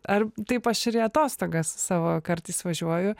ar taip aš ir į atostogas savo kartais važiuoju